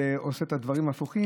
ועושה את הדברים הפוך.